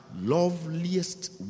loveliest